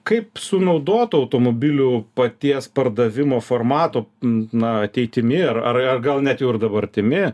kaip su naudotų automobilių paties pardavimo formato na ateitimi ar ar gal net dabartimi